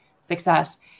success